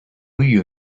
you